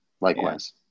Likewise